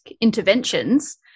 interventions